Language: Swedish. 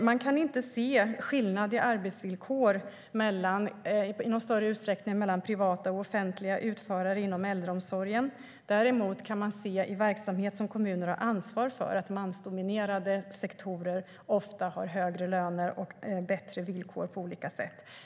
Man kan inte se någon större skillnad i arbetsvillkor mellan privata och offentliga utförare inom äldreomsorgen. Däremot kan man i verksamhet som kommuner har ansvar för se att mansdominerade sektorer ofta har högre löner och bättre villkor på olika sätt.